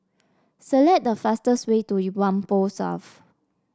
select the fastest way to Whampoa South